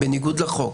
בניגוד לחוק,